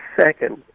second